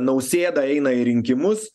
nausėda eina į rinkimus